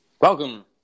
Welcome